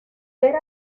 ver